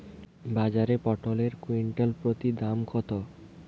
বাজারে পটল এর কুইন্টাল প্রতি দাম কত?